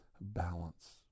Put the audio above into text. balance